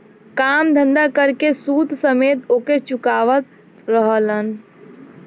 काम धंधा कर के सूद समेत ओके चुकावत रहलन